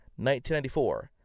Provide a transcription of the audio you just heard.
1994